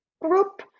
group